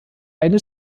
eine